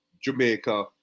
Jamaica